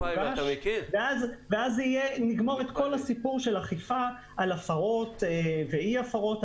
הוגש ואז נגמור את כל הסיפור של אכיפה על הפרות ואי הפרות,